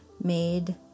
made